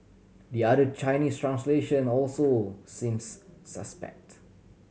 the other Chinese translation also seems suspect